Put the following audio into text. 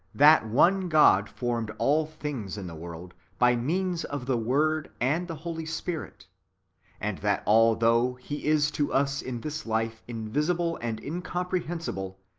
that one god formed all things in the world, by means of the word and the holy spirit and that although he is to us in this life invisible and incomprehensible!